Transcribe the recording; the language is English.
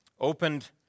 opened